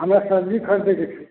हमरा सब्जी खरीदैके छै